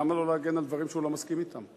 למה לו להגן על דברים שהוא לא מסכים אתם?